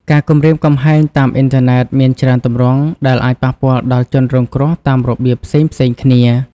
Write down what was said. ការគំរាមកំហែងតាមអ៊ីនធឺណិតមានច្រើនទម្រង់ ដែលអាចប៉ះពាល់ដល់ជនរងគ្រោះតាមរបៀបផ្សេងៗគ្នា។